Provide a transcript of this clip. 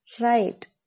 Right